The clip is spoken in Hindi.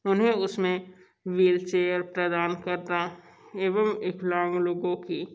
उन्हे उस में व्हीलचेयर प्रदान करता एवं विकलांग लोगों की